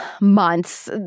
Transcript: months